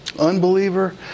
Unbeliever